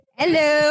hello